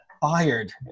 fired